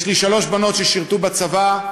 יש לי שלוש בנות ששירתו בצבא.